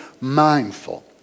mindful